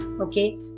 Okay